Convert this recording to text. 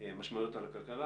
משמעויות כלכליות,